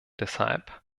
deshalb